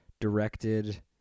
directed